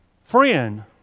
Friend